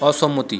অসম্মতি